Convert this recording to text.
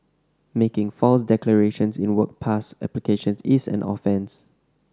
making false declarations in work pass applications is an offence